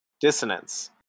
Dissonance